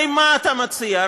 הרי מה אתה מציע?